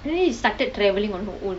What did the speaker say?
then she started travelling on her own